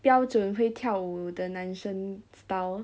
标准会跳舞的男生 style